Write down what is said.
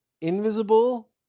Invisible